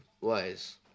ways